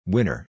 Winner